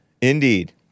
indeed